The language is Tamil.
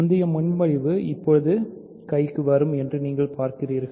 முந்தைய முன்மொழிவு இப்போது கைக்கு வரும் என்று நீங்கள் பார்க்கிறீர்கள்